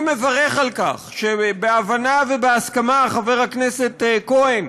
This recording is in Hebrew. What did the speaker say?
אני מברך על כך שבהבנה ובהסכמה, חבר הכנסת כהן,